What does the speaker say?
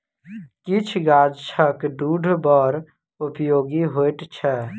किछ गाछक दूध बड़ उपयोगी होइत छै